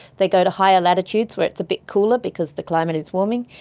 they go to higher latitudes where it's a bit cooler because the climate is warming,